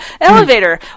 Elevator